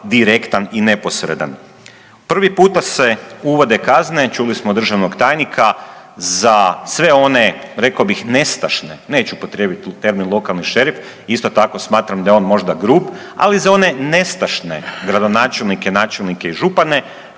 direktan i neposredan. Prvi puta se uvod kazne, čuli smo državnog tajnika za sve one rekao bih nestašne, neću upotrijebiti termin lokalni šerif, isto tako smatram da je on možda grub, ali za one nestašne gradonačelnike, načelnike i župane